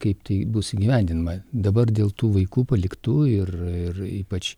kaip tai bus įgyvendinama dabar dėl tų vaikų paliktų ir ir ypač